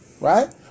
Right